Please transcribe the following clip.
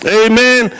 amen